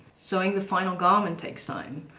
sewing the final garment takes time.